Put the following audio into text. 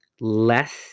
less